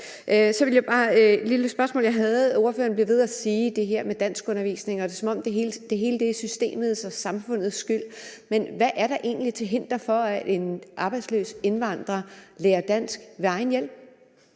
Så har jeg bare et lille spørgsmål. Ordføreren bliver ved med at sige det her med danskundervisning, og det er, som om det hele er systemets og samfundets skyld, men er der egentlig noget til hinder for, at en arbejdsløs indvandrer lærer dansk ved egen hjælp?